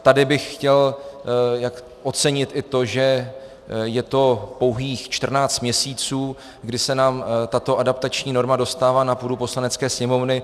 Tady bych chtěl ocenit i to, že je to pouhých 14 měsíců, kdy se nám tato adaptační norma dostává na půdu Poslanecké sněmovny.